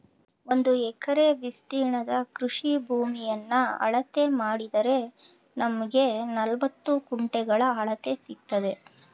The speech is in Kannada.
ಒಂದು ಎಕರೆ ವಿಸ್ತೀರ್ಣದ ಕೃಷಿ ಭೂಮಿಯನ್ನ ಅಳತೆ ಮಾಡಿದರೆ ನಮ್ಗೆ ನಲವತ್ತು ಗುಂಟೆಗಳ ಅಳತೆ ಸಿಕ್ತದೆ